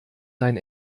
dein